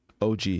OG